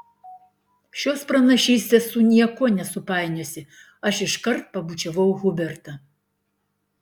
šios pranašystės su niekuo nesupainiosi aš iškart pabučiavau hubertą